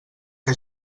que